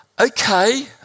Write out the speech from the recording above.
Okay